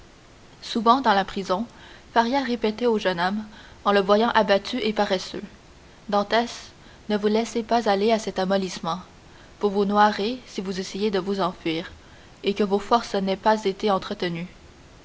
souvent dans la prison faria répétait au jeune homme en le voyant abattu et paresseux dantès ne vous laissez pas aller à cet amollissement vous vous noierez si vous essayez de vous enfuir et que vos forces n'aient pas été entretenues